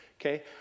Okay